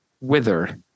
wither